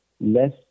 less